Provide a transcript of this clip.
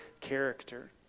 character